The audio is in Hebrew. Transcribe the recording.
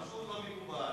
זה פשוט לא מקובל.